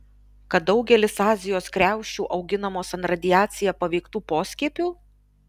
kad daugelis azijos kriaušių auginamos ant radiacija paveiktų poskiepių